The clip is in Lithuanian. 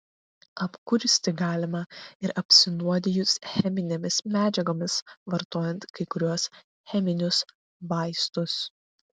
apkursti galima ir apsinuodijus cheminėmis medžiagomis vartojant kai kuriuos cheminius vaistus